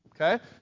okay